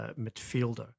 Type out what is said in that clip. midfielder